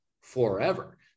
forever